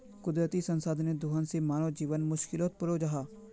कुदरती संसाधनेर दोहन से मानव जीवन मुश्कीलोत पोरे जाहा